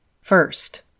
First